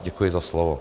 Děkuji za slovo.